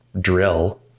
drill